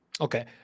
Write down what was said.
Okay